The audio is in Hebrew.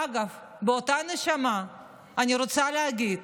ואגב, באותה נשימה אני רוצה להגיד